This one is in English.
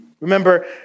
Remember